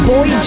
Boy